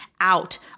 out